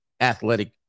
athletic